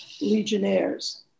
legionnaires